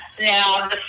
Now